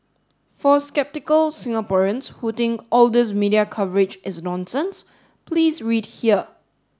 for sceptical Singaporeans who think all these media coverage is nonsense please read here